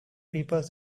people